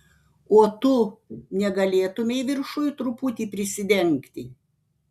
o tu negalėtumei viršuj truputį prisidengti